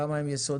כמה הם יסודיים.